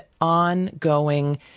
ongoing